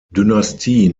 dynastie